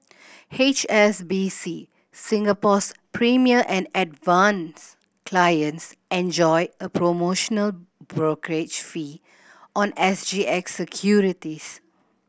H S B C Singapore's Premier and Advance clients enjoy a promotional brokerage fee on S G X securities